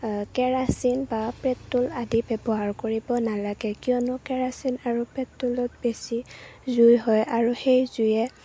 কেৰাচিন বা পেট্ৰ'ল আদি ব্যৱহাৰ কৰিব নালাগে কিয়নো কেৰাচিন আৰু পেট্ৰলত বেছি জুই হয় আৰু সেই জুয়ে